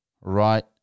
right